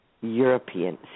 European